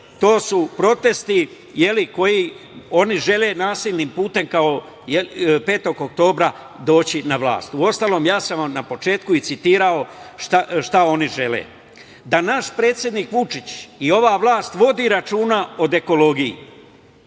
to su protesti kojima oni žele nasilnim putem kao i 5. oktobra da dođu na vlast. Uostalom, ja sam vam na početku i citirao šta oni žele. Da naš predsednik Vučić i ova vlast vode računa o ekologiji,